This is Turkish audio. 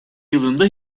yılında